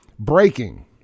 breaking